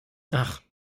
ach